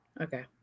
Okay